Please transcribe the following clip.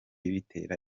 bitera